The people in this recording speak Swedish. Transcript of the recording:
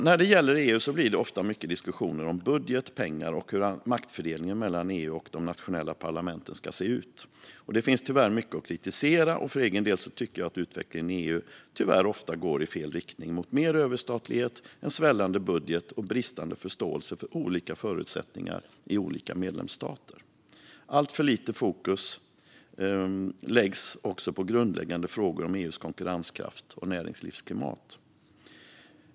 När det gäller EU blir det ofta mycket diskussioner om budget, pengar och hur maktfördelningen mellan EU och de nationella parlamenten ska se ut. Det finns tyvärr mycket att kritisera, och för egen del tycker jag att utvecklingen i EU tyvärr ofta går i fel riktning mot mer överstatlighet, en svällande budget och bristande förståelse för olika förutsättningar i olika medlemsstater. Alltför lite fokus läggs också på grundläggande frågor om EU:s konkurrenskraft och näringslivsklimat.